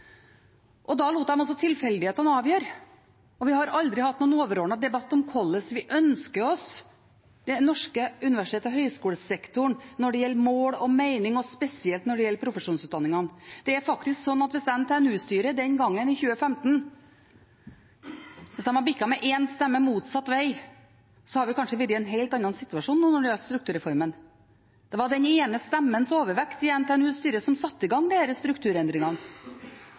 Da lot de altså tilfeldighetene avgjøre. Vi har aldri hatt noen overordnet debatt om hvordan vi ønsker oss den norske universitets- og høyskolesektoren når det gjelder mål og mening, og spesielt når det gjelder profesjonsutdanningene. Det er faktisk slik at det bestemte NTNU-styret den gangen i 2015. Hadde det bikket med én stemme motsatt veg, hadde vi kanskje vært i en helt annen situasjon når det gjelder strukturreformen. Det var den ene stemmens overvekt i NTNUs styre som satte i gang disse strukturendringene. Det tillot regjeringen, for de hadde ikke lyst til å ha en politisk debatt om strukturendringene